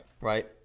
Right